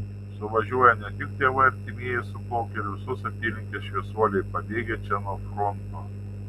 suvažiuoja ne tik tėvai artimieji suplaukia ir visos apylinkės šviesuoliai pabėgę čia nuo fronto